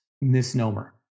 misnomer